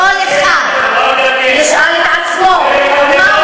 כל אחד ישאל את עצמו, דרך הטרור.